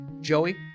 joey